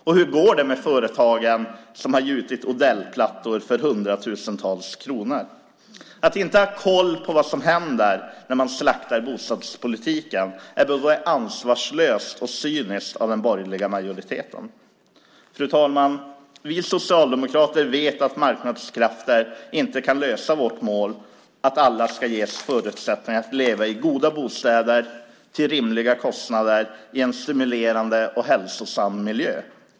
Och hur går det med de företag som har gjutit Odellplattor för hundratusentals kronor? Att inte ha koll på vad som händer när man slaktar bostadspolitiken är både ansvarslöst och cyniskt av den borgerliga majoriteten. Fru talman! Vi socialdemokrater vet att marknadskrafter inte kan klara vårt mål att alla ska ges förutsättningar att leva i goda bostäder till rimliga kostnader i en stimulerande och hälsosam miljö.